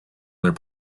their